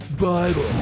Bible